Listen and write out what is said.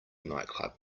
nightclub